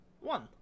one